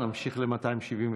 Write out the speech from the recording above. נמשיך ל-272.